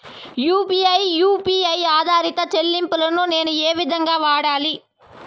UPI U P I ఆధారిత చెల్లింపులు నేను ఏ విధంగా వాడాలి?